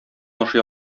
ашый